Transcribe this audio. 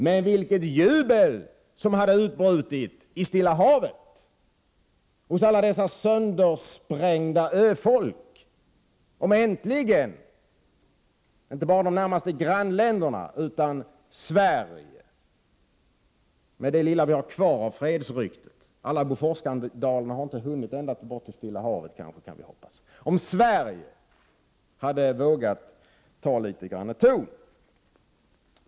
Men vilket jubel hade inte utbrutit i Stilla havet hos alla dessa söndersprängda öfolk om inte bara de närmaste grannländerna utan även Sverige - med det som återstår av Sveriges fredsrykte, alla Boforsskandaler kanske inte har hunnit ända till Stilla havet — äntligen hade vågat ta ton litet grand.